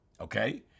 okay